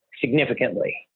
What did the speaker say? significantly